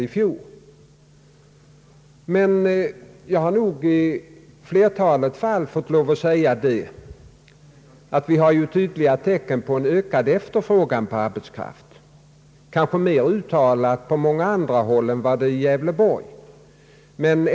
I flertalet fall har jag framhållit att det finns tydliga tecken på en ökad efterfrågan på arbetskraft, visserligen mera markerade på andra håll än i Gävleborgs län.